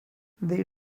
they